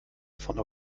von